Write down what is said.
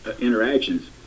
interactions